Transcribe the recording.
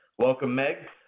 welcome, meg.